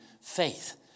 faith